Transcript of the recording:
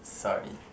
sorry